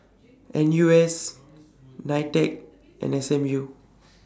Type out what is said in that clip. N U S NITEC and S M U